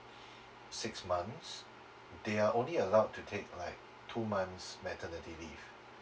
six months they are only allowed to take like two months maternity leave